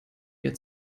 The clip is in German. mir